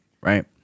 right